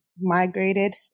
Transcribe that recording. migrated